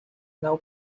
now